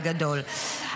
בגדול.